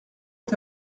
est